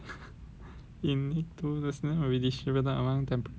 if need to the students will be distributed among